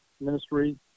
ministry